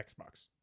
Xbox